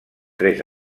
tres